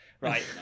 Right